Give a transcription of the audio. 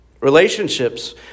Relationships